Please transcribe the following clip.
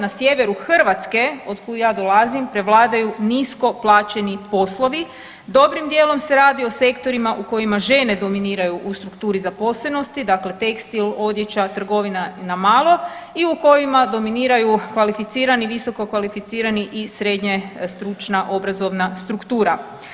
Na sjeveru Hrvatske otkud ja dolazim prevladaju nisko plaćeni poslovi, dobrim dijelom se radi o sektorima u kojima žene dominiraju u strukturi zaposlenosti, dakle tekstil, odjeća, trgovina na malo i u kojima dominiraju kvalificirani, visokokvalificirani i srednje stručna obrazovna struktura.